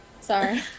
Sorry